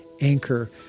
anchor